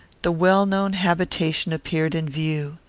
the well-known habitation appeared in view.